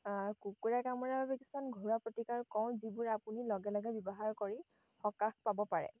কুকুৰে কামোৰাৰ কিছুমান ঘৰুৱা প্ৰতিকাৰ কওঁ যিবোৰ আপুনি লগে লগে ব্যৱহাৰ কৰি সকাহ পাব পাৰে